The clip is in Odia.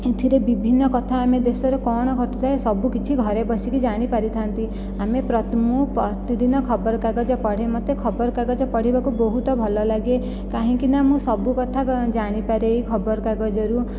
ଏଥିରେ ବିଭିନ୍ନ କଥା ଆମେ ଦେଶରେ କଣ ଘଟିଥାଏ ସବୁକିଛି ଘରେ ବସିକି ଜାଣି ପାରିଥାନ୍ତି ଆମେ ପ୍ରତି ମୁଁ ପ୍ରତିଦିନ ଖବରକାଗଜ ପଢ଼େ ମୋତେ ଖବରକାଗଜ ପଢ଼ିବାକୁ ବହୁତ ଭଲ ଲାଗେ କାହିଁକିନା ମୁଁ ସବୁ କଥା ଜାଣିପାରେ ଏହି ଖବରକାଗଜରୁ